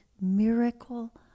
miracle